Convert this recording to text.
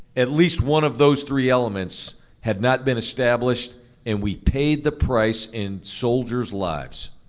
at least one of those three elements had not been established and we paid the price in soldiers' lives.